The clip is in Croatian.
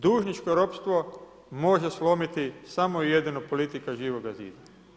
Dužničko ropstvo može slomiti samo i jedino politika Živoga zida.